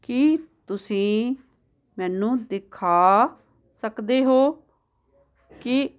ਕੀ ਤੁਸੀਂ ਮੈਨੂੰ ਦਿਖਾ ਸਕਦੇ ਹੋ ਕਿ